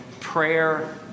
prayer